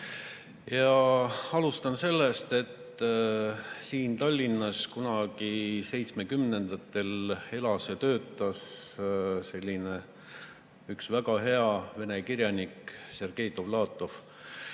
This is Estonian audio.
Ja alustan sellest, et siin Tallinnas kunagi seitsmekümnendatel elas ja töötas selline üks väga hea vene kirjanik Sergei Dovlatov.